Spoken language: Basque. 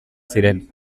ziren